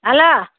hello